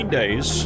days